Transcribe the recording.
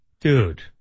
Dude